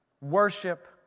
Worship